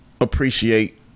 appreciate